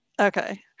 Okay